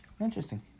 Interesting